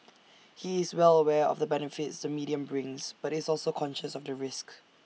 he is well aware of the benefits the medium brings but is also conscious of the risks